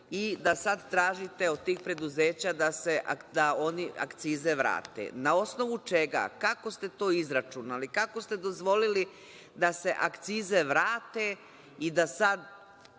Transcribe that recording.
i da sada tražite od tih preduzeća da oni akcize vrate. Na osnovu čega? Kako ste to izračunali? Kako ste dozvolili da se akcize vrate, u nešto